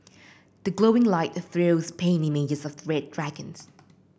the glowing light trails paint images of red dragons